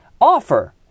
offer